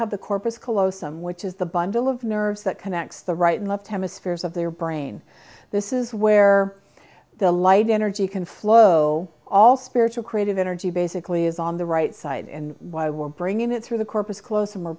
have the corpus callosum which is the bundle of nerves that connects the right and left hemispheres of their brain this is where the light energy can flow all spiritual creative energy basically is on the right side and why we're bringing it through the corpus callos